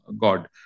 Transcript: god